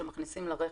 שמכניסים לרכב.